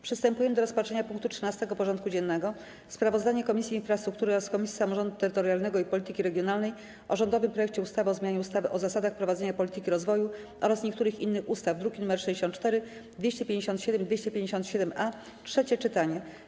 Przystępujemy do rozpatrzenia punktu 13. porządku dziennego: Sprawozdanie Komisji Infrastruktury oraz Komisji Samorządu Terytorialnego i Polityki Regionalnej o rządowym projekcie ustawy o zmianie ustawy o zasadach prowadzenia polityki rozwoju oraz niektórych innych ustaw (druki nr 64, 257 i 257-A) - trzecie czytanie.